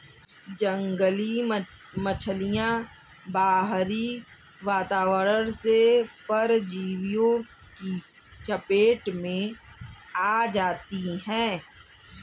जंगली मछलियाँ बाहरी वातावरण से परजीवियों की चपेट में आ जाती हैं